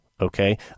okay